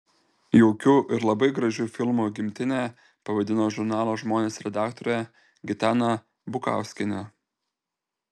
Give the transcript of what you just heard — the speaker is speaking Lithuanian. jaukiu ir labai gražiu filmu gimtinę pavadino žurnalo žmonės redaktorė gitana bukauskienė